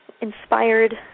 inspired